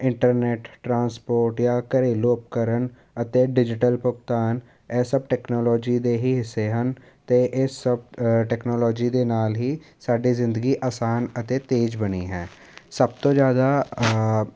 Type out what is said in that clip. internet transport ਜਾਂ ਘਰੇਲੂ ਉਪਕਰਣ ਅਤੇ ਡਿਜੀਟਲ ਭੁਗਤਾਨ ਇਹ ਸਭ ਟੈਕਨੋਲੋਜੀ ਦੇ ਹੀ ਹਿੱਸੇ ਹਨ ਅਤੇ ਇਸ ਸਭ ਟੈਕਨੋਲੋਜੀ ਦੇ ਨਾਲ ਹੀ ਸਾਡੀ ਜ਼ਿੰਦਗੀ ਆਸਾਨ ਅਤੇ ਤੇਜ਼ ਬਣੀ ਹੈ ਸਭ ਤੋਂ ਜ਼ਿਆਦਾ